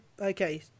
okay